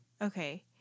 okay